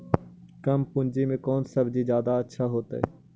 कम पूंजी में कौन सब्ज़ी जादा अच्छा होतई?